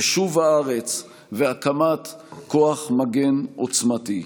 יישוב הארץ והקמת כוח מגן עוצמתי.